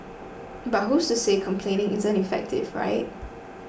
but who's to say complaining isn't effective right